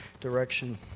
direction